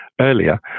earlier